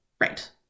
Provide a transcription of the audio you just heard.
Right